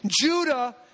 Judah